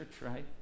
right